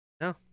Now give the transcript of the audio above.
No